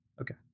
Okay